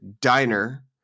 diner